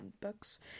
books